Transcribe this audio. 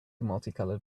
multicolored